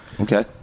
Okay